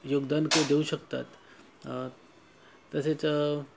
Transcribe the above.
योगदान ते देऊ शकतात तसेच